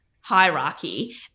hierarchy